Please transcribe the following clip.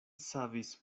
savis